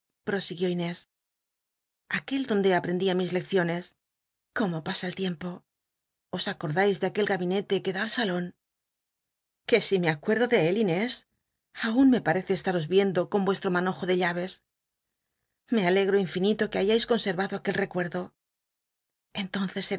i'osiguió inés aquel donde aprendía mis lecciones cómo pasa el tiempo os acordais de aquel gabinete que da al salon que si me acuerdo de él lnés aun me paicndo con uestro manojo de llaves me alegro infinito que hayais consenallo aquel recuerdo